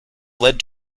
led